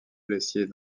blessés